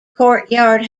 courtyard